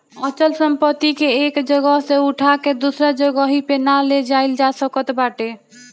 अचल संपत्ति के एक जगह से उठा के दूसरा जगही पे ना ले जाईल जा सकत बाटे